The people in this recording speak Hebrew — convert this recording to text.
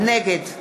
נגד